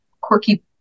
quirky